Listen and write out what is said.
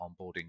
onboarding